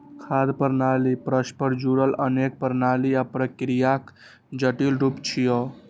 खाद्य प्रणाली परस्पर जुड़ल अनेक प्रणाली आ प्रक्रियाक जटिल रूप छियै